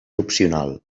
opcional